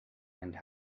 and